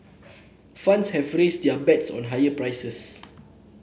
funds have raised their bets on higher prices